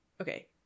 okay